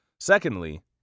Secondly